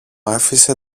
άφησε